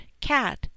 cat